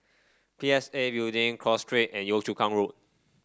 P S A Building Cross Street and Yio Chu Kang Road